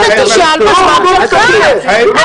למה?